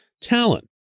talent